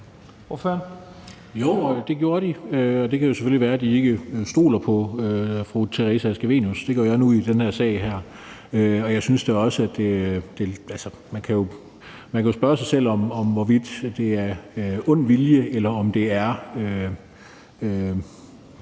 Jo, det gjorde de, og det kan jo selvfølgelig være, at de ikke stoler på fru Theresa Scavenius. Det gør jeg nu i den her sag, og man kan jo spørge sig selv om, hvorvidt det er af ond vilje, eller om det –